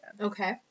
Okay